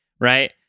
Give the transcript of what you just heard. right